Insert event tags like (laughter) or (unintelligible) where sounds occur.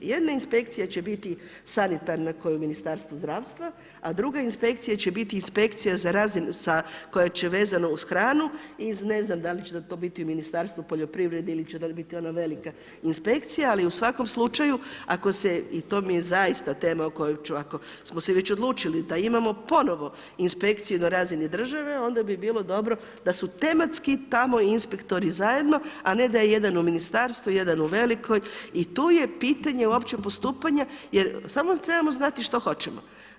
Jedna inspekcija će biti sanitarna koja je u Ministarstvu zdravstva a druga inspekcija će biti inspekcija ... (unintelligible) koja će vezano uz hranu i ne znam dal' će nam to biti u Ministarstvu poljoprivrede ili će dobiti ono velika inspekcija ali u svakom slučaju ako se i to mi je zaista o kojoj ću, ako smo se već odlučili da imamo, ponovno inspekciji na razini države, onda bi bilo dobro da su tematski tamo inspektori zajedno, a ne da je jedan u Ministarstvu, jedan u Velikoj i to je pitanje uopće postupanja jer samo trebamo znati što hoćemo.